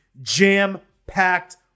jam-packed